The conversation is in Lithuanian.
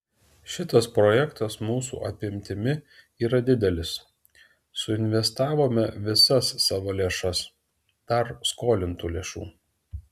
šitas projektas mūsų apimtimi yra didelis suinvestavome visas savo lėšas dar skolintų lėšų